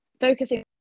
focusing